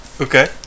Okay